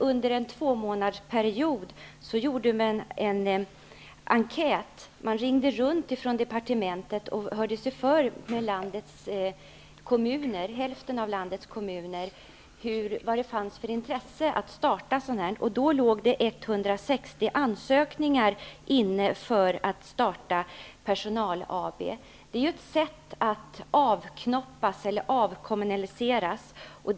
Under en tvåmånadersperiod gjordes en undersökning då man från departementet ringde runt till hälften av landets kommuner och frågade vilket intresse som fanns för att starta sådana aktiebolag. Det visade sig att 160 ansökningar hade inkommit från personal om att starta aktiebolag. Det är ett sätt att avknoppa eller avkommunalisera barnomsorgen.